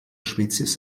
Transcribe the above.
spezies